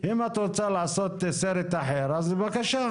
אם את רוצה לעשות סרט אחר, בבקשה.